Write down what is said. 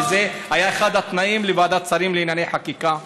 וזה היה אחד התנאים בוועדת השרים לחקיקה,